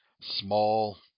small